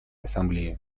ассамблеи